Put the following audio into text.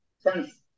Thanks